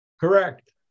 Correct